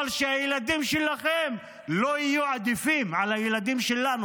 אבל שהילדים שלכם לא יהיו עדיפים על הילדים שלנו.